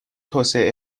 توسعه